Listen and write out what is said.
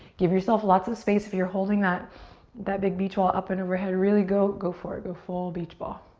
give yourself lots of space. if you're holding that that big beach ball up and overhead, really go go for it. go full beach ball.